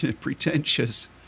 pretentious